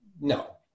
No